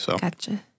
Gotcha